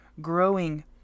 growing